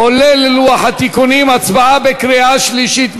כולל לוח התיקונים, הצבעה בקריאה שלישית.